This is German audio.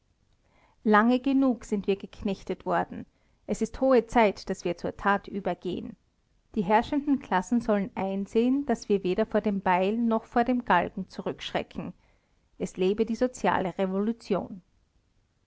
lange genug sind wir geknechtet worden es ist hohe zeit daß wir zur tat übergehen die herrschenden klassen sollen einsehen daß wir weder vor dem beil noch vor dem galgen zurückschrecken es lebe die soziale revolution